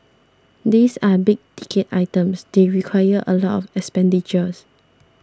these are big ticket items they require a lot of expenditure